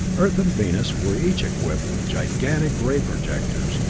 earth and venus were each equipped with gigantic ray projectors,